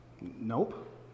Nope